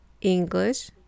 English